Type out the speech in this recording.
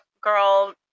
girl